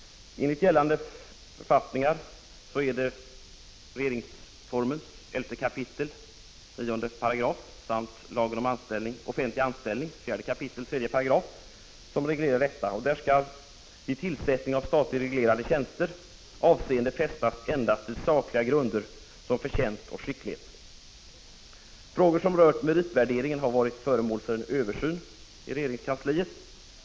Enligt gällande författningar är det regeringsformens 11 kap. 10 § samt lagen om offentlig anställning 4 kap. 3 § som reglerar rekryteringen. Enligt dessa bestämmelser skall vid tillsättning av statligt reglerade tjänster avseende fästas endast vid sakliga grunder som förtjänst och skicklighet. Frågor som rör meritvärdering har varit föremål för översyn i regeringskansliet.